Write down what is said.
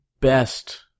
best